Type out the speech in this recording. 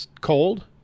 cold